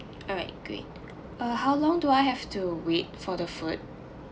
all right great uh how long do I have to wait for the food